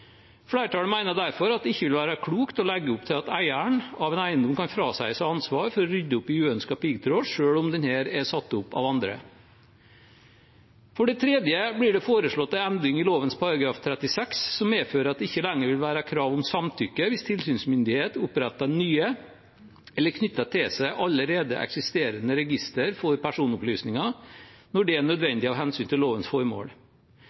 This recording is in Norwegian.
Flertallet mener derfor at det ikke vil være klokt å legge opp til at eieren av en eiendom kan frasi seg ansvaret for å rydde opp i uønsket piggtråd, selv om den er satt opp av andre. For det tredje blir det foreslått en endring i lovens § 36 som medfører at det ikke lenger vil være krav om samtykke hvis tilsynsmyndigheten oppretter nye eller knytter til seg allerede eksisterende registre for personopplysninger når det er nødvendig av hensyn til lovens formål.